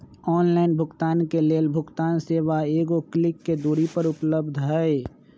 online भुगतान के लेल भुगतान सेवा एगो क्लिक के दूरी पर उपलब्ध हइ